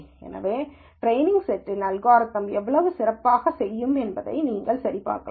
எனவே ட்ரெய்னிங் செட்டிலேயே அல்காரிதம் எவ்வளவு சிறப்பாகச் செய்யும் என்பதை நீங்கள் சரிபார்க்கலாம்